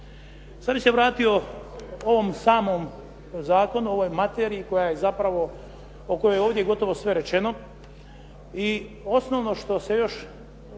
Sad bih se vratio ovom samom zakonu, ovoj materiji koja je zapravo, o kojoj je ovdje gotovo sve rečeno